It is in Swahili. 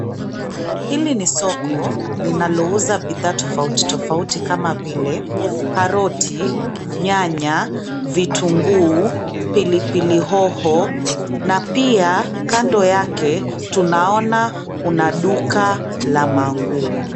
Hili ni soko, linalouza bidhaa tofauti tofauti kama vile, karoti, nyanya, vitunguu, pilipili hoho, na pia, kando yake, tunaona, kuna duka, la manguo.